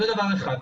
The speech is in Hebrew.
זה דבר אחד.